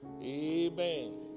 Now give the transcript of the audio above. Amen